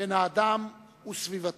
של האדם לסביבתו.